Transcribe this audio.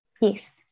yes